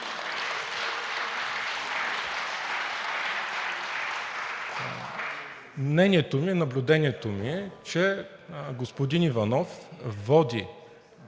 Мнението ми е, наблюдението ми е, че господин Иванов води